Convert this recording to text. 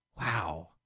Wow